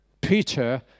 Peter